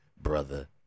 brother